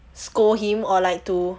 scold him or like to